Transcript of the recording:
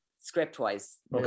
script-wise